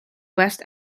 west